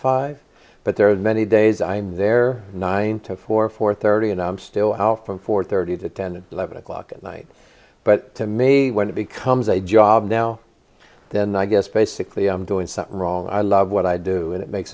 five but there are many days i'm there nine to four four thirty and i'm still house from four thirty to ten eleven o'clock at night but to me when it becomes a job now then i guess basically i'm doing something wrong i love what i do and it makes